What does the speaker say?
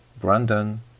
Brandon